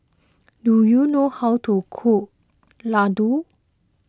do you know how to cook Laddu